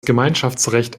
gemeinschaftsrecht